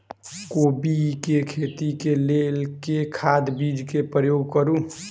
कोबी केँ खेती केँ लेल केँ खाद, बीज केँ प्रयोग करू?